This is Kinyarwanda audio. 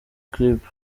clip